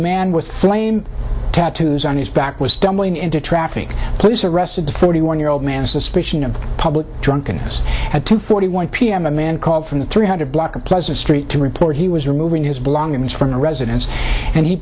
man with flame tattoos on his back was stumbling into traffic police arrested a forty one year old man suspicion of public drunkenness at two forty one p m a man called from the three hundred block of pleasant street to report he was removing his belongings from the residence and he